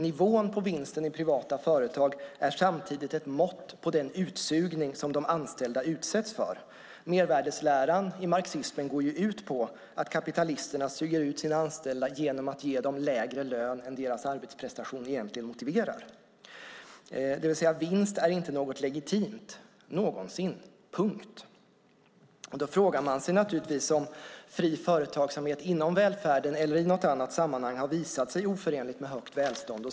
Nivån på vinsten i privata företag är samtidigt ett mått på den utsugning som de anställda utsätts för. Mervärdesläran i marxismen går ju ut på att kapitalisterna suger ut sina anställda genom att ge dem lägre lön än deras arbetsprestation egentligen motiverar. Det betyder att vinst inte är något legitimt, inte någonsin. Då frågar man sig naturligtvis om fri företagsamhet inom välfärden eller i något annat sammanhang har visat sig oförenligt med högt välstånd.